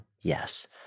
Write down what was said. yes